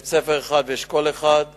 בית ספר אחד ואשכול גנים אחד,